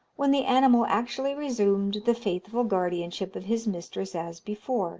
when the animal actually resumed the faithful guardianship of his mistress as before